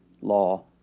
law